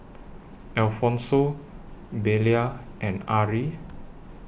Alfonso Belia and Arrie